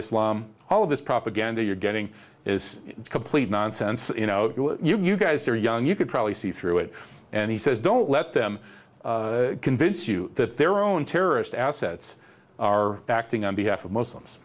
islam all of this propaganda you're getting is complete nonsense you know you guys are young you could probably see through it and he says don't let them vince you that their own terrorist assets are acting on behalf of muslims